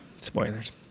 spoilers